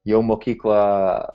jau mokykla